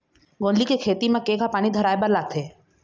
गोंदली के खेती म केघा पानी धराए बर लागथे?